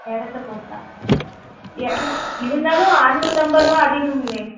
இடத்த பொறுத்தா இருந்தாலும் அறநூற்று ஐம்பது ரூபா அதிகங்களே